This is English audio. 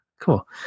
Cool